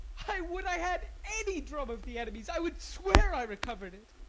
i would i had any drum of the enemy's i would swear i recover'd it.